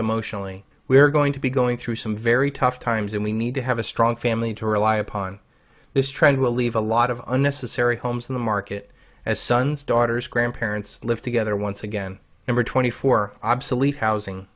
emotionally we are going to be going through some very tough times and we need to have a strong family to rely upon this trend will leave a lot of unnecessary homes in the market as sons daughters grandparents live together once again number twenty four obsolete housing